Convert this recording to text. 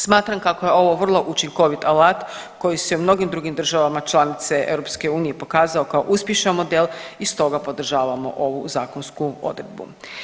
Smatram kako je ovo vrlo učinkovit alat koji se u mnogim drugim državama članice EU pokazao kao uspješan model i stoga podržavamo ovu zakonsku odredbu.